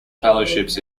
fellowships